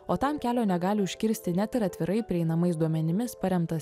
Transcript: o tam kelio negali užkirsti net ir atvirai prieinamais duomenimis paremtas